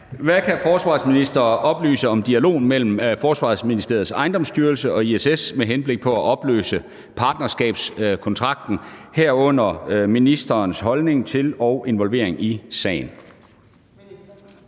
Hvad kan ministeren oplyse om dialogen mellem Forsvarsministeriets Ejendomsstyrelse og ISS med henblik på at opløse partnerskabskontrakten, herunder om ministerens holdning til og involvering i sagen?